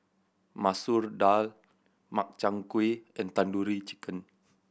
Masoor Dal Makchang Gui and Tandoori Chicken